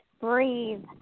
breathe